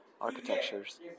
architectures